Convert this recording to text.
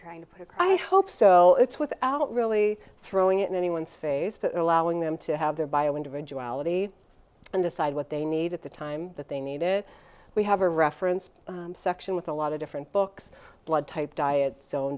trying to pick i hope so it's without really throwing it in anyone's face but allowing them to have their bio individuality and decide what they need at the time that they need it we have a reference section with a lot of different books blood type diet